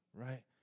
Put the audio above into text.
right